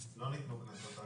לא ניתנו קנסות.